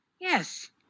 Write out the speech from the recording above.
Yes